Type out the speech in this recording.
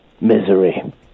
Misery